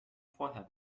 vorher